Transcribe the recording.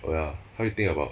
oh ya how you think about